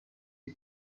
had